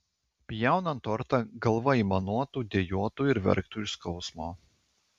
pjaunant tortą galva aimanuotų dejuotų ir verktų iš skausmo